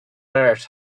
earth